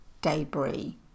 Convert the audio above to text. debris